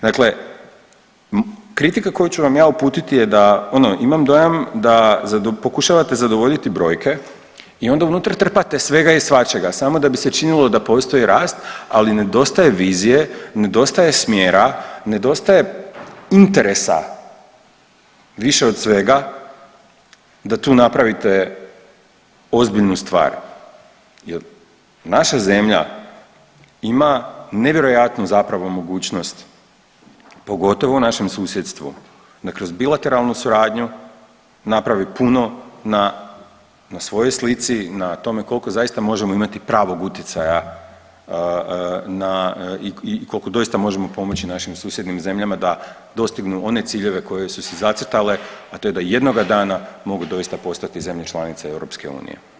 Dakle, kritika koju ću vam ja uputiti je da, ono imam dojam da pokušavate zadovoljiti brojke i unutra trpate svega i svačega samo da bi se činilo da postoji rast, ali nedostaje vizije, nedostaje smjera, nedostaje interesa više od svega da tu napravite ozbiljnu stvar jer naša zemlja imam nevjerojatnu zapravo mogućnost, pogotovo u našem susjedstvu, da kroz bilateralnu suradnju napravi puno na svojoj slici, na tome koliko zaista možemo imati pravog utjecaja na i koliko doista možemo pomoći našim susjednim zemljama da dostignu one ciljeve koje su si zacrtale, a to da jednoga dana mogu doista postati zemlje članice EU.